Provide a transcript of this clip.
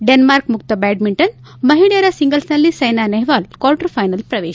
Denmark ಮುಕ್ತ badminton ಮಹಿಳೆಯರ ಸಿಂಗಲ್ಸನಲ್ಲಿ ಸೈನಾ ನೆಹ್ವಾಲ್ ಕ್ವಾರ್ಟರ್ ಫೈನಲ್ ಪ್ರವೇಶ